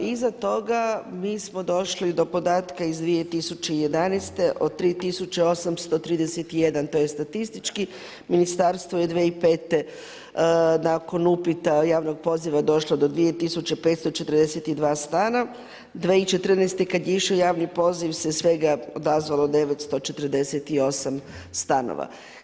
Iza toga mi smo došli do podatka iz 2011. o 3831 to je statistički, ministarstvo je 2005. nakon upita javnog poziva došlo do 2542 stana, 2014. kada je išao javni poziv se svega odazvalo 948 stanova.